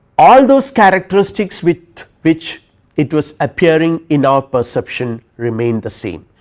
all those characteristics which which it was appearing in our perception remain the same.